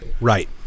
Right